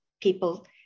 people